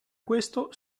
questo